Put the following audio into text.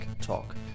Talk